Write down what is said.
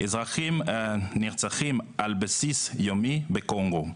אזרחים נרצחים על בסיס יומי בקונגו.